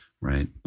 Right